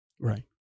right